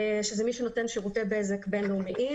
שזה מי שנותן שירותי בזק בין-לאומיים.